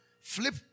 flip